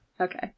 Okay